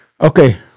Okay